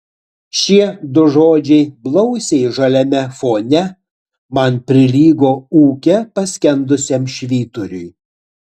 šie du žodžiai blausiai žaliame fone man prilygo ūke paskendusiam švyturiui